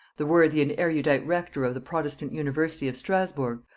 the worthy and erudite rector of the protestant university of strasburgh,